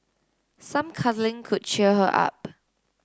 some cuddling could cheer her up